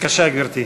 ד"ר ענת ברקו היקרה,